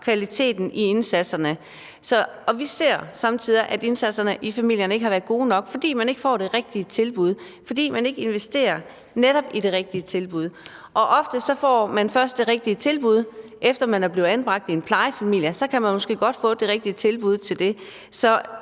kvaliteten i indsatserne. Vi ser somme tider, at indsatserne i familierne ikke har været gode nok, fordi de ikke får det rigtige tilbud, fordi man netop ikke investerer i det rigtige tilbud. Ofte er det måske først, efter man er blevet anbragt i en plejefamilie, at man får det rigtige tilbud.